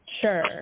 Sure